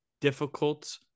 difficult